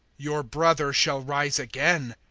your brother shall rise again,